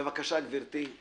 בבקשה, גברתי.